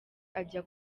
ajya